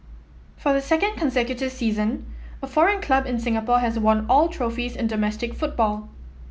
for the second consecutive season a foreign club in Singapore has won all trophies in domestic football